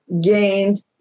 gained